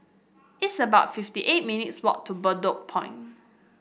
it's about fifty eight minutes' walk to Bedok Point